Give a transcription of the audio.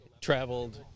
traveled